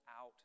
out